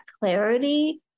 clarity